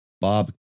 Bob